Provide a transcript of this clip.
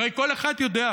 הרי כל אחד יודע,